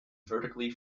vertically